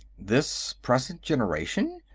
this present generation?